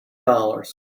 dollars